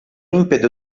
impeto